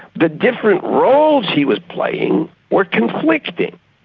the different roles he was playing were conflicting,